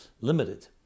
limited